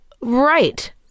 right